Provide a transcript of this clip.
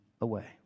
away